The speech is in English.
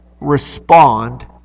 respond